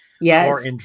Yes